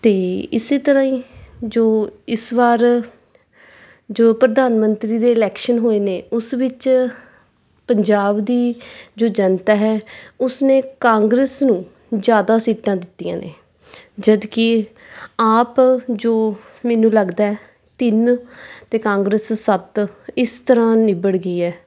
ਅਤੇ ਇਸ ਤਰ੍ਹਾਂ ਹੀ ਜੋ ਇਸ ਵਾਰ ਜੋ ਪ੍ਰਧਾਨ ਮੰਤਰੀ ਦੇ ਇਲੈਕਸ਼ਨ ਹੋਏ ਨੇ ਉਸ ਵਿੱਚ ਪੰਜਾਬ ਦੀ ਜੋ ਜਨਤਾ ਹੈ ਉਸਨੇ ਕਾਂਗਰਸ ਨੂੰ ਜ਼ਿਆਦਾ ਸੀਟਾਂ ਦਿੱਤੀਆਂ ਨੇ ਜਦੋਂ ਕਿ ਆਪ ਜੋ ਮੈਨੂੰ ਲੱਗਦਾ ਤਿੰਨ ਅਤੇ ਕਾਂਗਰਸ ਸੱਤ ਇਸ ਤਰ੍ਹਾਂ ਨਿਬੜ ਗਈ ਹੈ